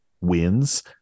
wins